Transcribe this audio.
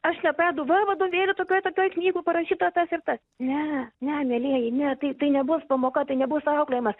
aš nepradedu va vadovėly tokioj tokioj knygoj parašyta tas ir tas ne ne mielieji ne tai tai nebus pamoka tai nebus auklėjimas